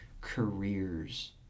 careers